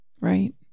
Right